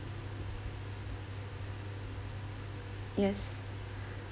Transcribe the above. yes